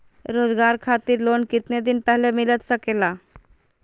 रोजगार खातिर लोन कितने दिन पहले मिलता सके ला?